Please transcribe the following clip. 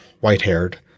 white-haired